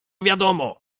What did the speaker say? wiadomo